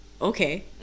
okay